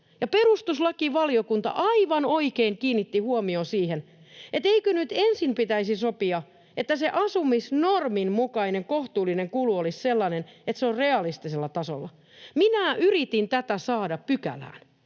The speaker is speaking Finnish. Perustuslakivaliokunta aivan oikein kiinnitti huomion siihen, että eikö nyt ensin pitäisi sopia, että se asumisnormin mukainen kohtuullinen kulu olisi sellainen, että se on realistisella tasolla. Minä yritin tätä saada pykälään.